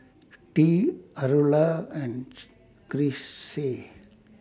Tea Aurilla and Chrissy